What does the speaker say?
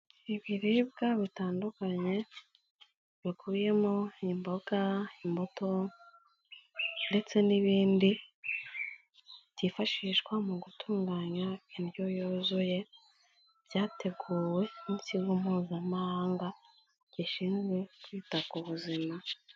Ibiribwa bitandukanye bikubiyemo imboga imbuto ndetse n'ibindi byifashishwa mu gutunganya indyo yuzuye, byateguwe n'ikigo mpuzamahanga gishinzwe kwita ku buzima.